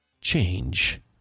Change